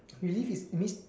relive is means